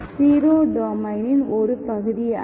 0 டொமைனின் ஒரு பகுதி அல்ல